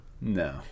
No